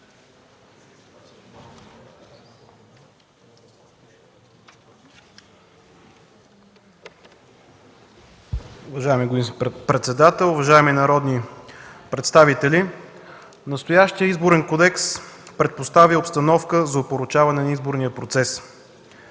Уважаеми господин председател, уважаеми народни представители! Настоящият Изборен кодекс предпоставя обстановка за опорочаване на изборния процес.